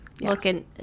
looking